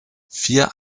vier